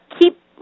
keep